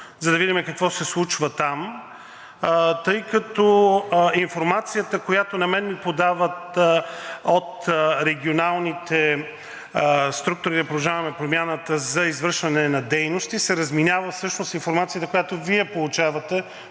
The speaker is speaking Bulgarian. за да видим какво се случва там, тъй като информацията, която на мен ми подават от регионалните структури на „Продължаваме Промяната“ за извършване на дейности, се разминава всъщност с информацията, която Вие получавате